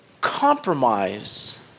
compromise